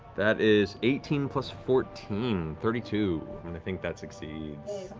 that is eighteen plus fourteen. thirty two. i think that succeeds.